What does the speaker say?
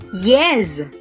Yes